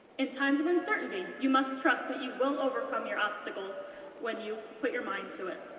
in times of uncertainty, you must trust that you will overcome your obstacles when you put your mind to it.